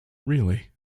really